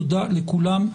תודה לכולם.